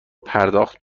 پرداخت